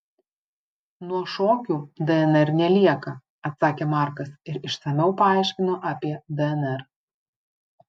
nuo šokių dnr nelieka atsakė markas ir išsamiau paaiškino apie dnr